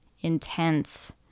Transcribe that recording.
intense